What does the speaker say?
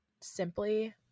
simply